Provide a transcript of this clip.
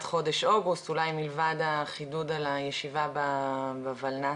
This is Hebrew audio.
חודש אוגוסט אולי מלבד החידוד על הישיבה בולנת"ע.